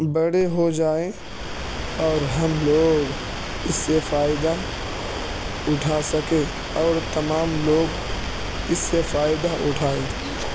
بڑے ہو جائیں اور ہم لوگ اس سے فائدہ اٹھا سکیں اور تمام لوگ اس سے فائدہ اٹھائیں